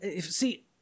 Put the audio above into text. See